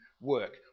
work